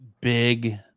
big